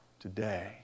Today